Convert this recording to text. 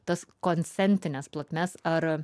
tas konsentines plotmes ar